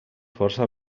força